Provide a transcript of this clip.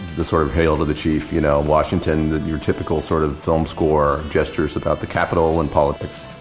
the sort of hail to the chief, you know, washington that your typical sort of film score gestures about the capital and politics